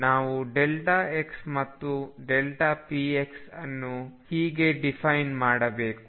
ನಾವು x ಮತ್ತು pxಅನ್ನು ಹೇಗೆ ಡಿಫೈನ್ ಮಾಡಬೇಕು